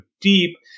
deep